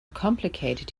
complicated